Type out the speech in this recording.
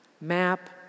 map